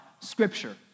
scripture